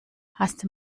haste